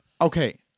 Okay